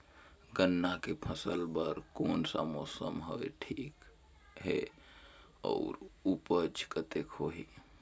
गन्ना के फसल बर कोन सा मौसम हवे ठीक हे अउर ऊपज कतेक होही?